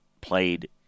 played